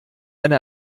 eine